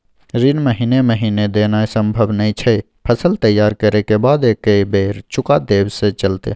ऋण महीने महीने देनाय सम्भव नय छै, फसल तैयार करै के बाद एक्कै बेर में चुका देब से चलते?